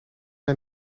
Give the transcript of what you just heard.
hij